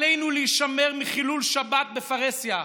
עלינו להישמר מחילול שבת בפרהסיה",